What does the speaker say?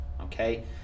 okay